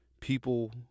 people